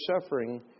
suffering